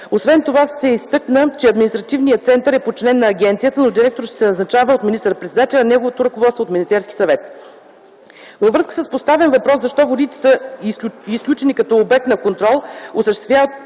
Освен това изтъкнаха, че административно центърът е подчинен на агенцията, но директорът ще се назначава от министър-председателя, а неговото ръководство от Министерския съвет. Във връзка с поставен въпрос защо водите са изключени като обект на контрол, осъществяван